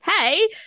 Hey